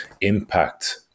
impact